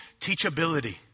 teachability